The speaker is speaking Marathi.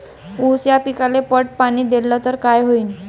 ऊस या पिकाले पट पाणी देल्ल तर काय होईन?